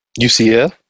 UCF